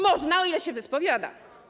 Można, o ile się wyspowiada.